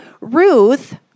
Ruth